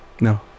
No